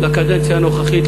לקדנציה הנוכחית,